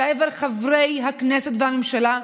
אל עבר חברי הכנסת והממשלה,